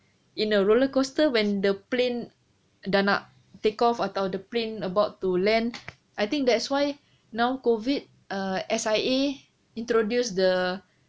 in a roller coaster when the plane dah nak takeoff atau the plane about to land I think that's why now COVID err S_I_A introduce the